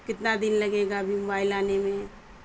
کتنا دن لگے گا ابھی موبائل آنے میں